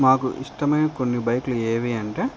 మాకు ఇష్టమైన కొన్ని బైక్లు ఏవి అంటే